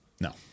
No